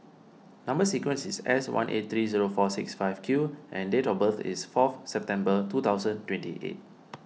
Number Sequence is S one eight three zero four six five Q and date of birth is fourth September two thousand twenty eight